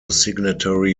signatory